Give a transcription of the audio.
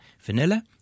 vanilla